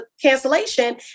cancellation